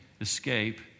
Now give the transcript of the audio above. escape